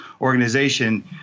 organization